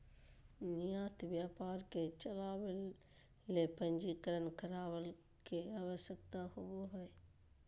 निर्यात व्यापार के चलावय ले पंजीकरण करावय के आवश्यकता होबो हइ